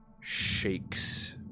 shakes